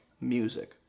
music